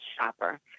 shopper